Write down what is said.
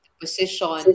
position